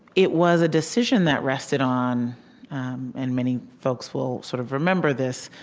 it was a decision that rested on and many folks will sort of remember this